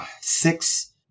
six